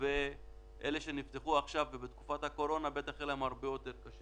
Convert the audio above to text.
לאלה שנפתחו בתקופת הקורונה יהיה הרבה יותר קשה.